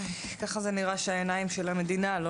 ככה זה נראה כשהעיניים של המדינה לא